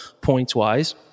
points-wise